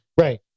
Right